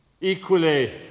Equally